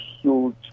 huge